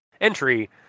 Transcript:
entry